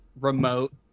remote